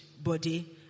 Body